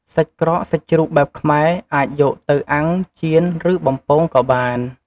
សាច់ក្រកសាច់ជ្រូកបែបខ្មែរអាចយកទៅ អាំង ចៀន ឬបំពង ក៏បាន។